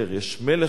יש מלך על כולם,